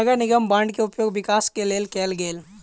नगर निगम बांड के उपयोग विकास के लेल कएल गेल